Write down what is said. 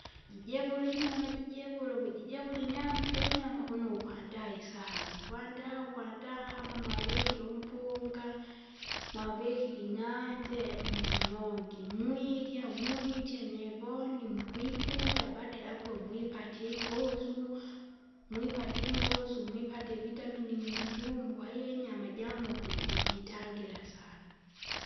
jijevule inyama jijevule, uvujijevule inyama, inyama kuno ukwandaa isahani, ukwandaa ukwandaa kama mwavekire umpunga, mwavekire ingande mh- mhnongi mwirya mwirya nyevoni mukwikuta, baada ja- apo mwipate ingusu. Mwipate ingusu, mwipate ivitamini mlitumbua iyo inyama jang'uku ji- jitangira sana.